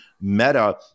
meta